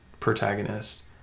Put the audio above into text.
protagonist